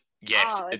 Yes